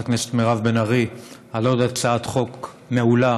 הכנסת מירב בן ארי על עוד הצעת חוק מעולה